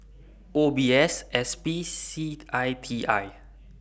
O B S S P C I T I